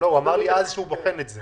הוא אמר לי אז שהוא בוחן את זה.